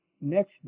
next